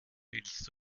willst